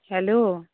hello